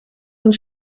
und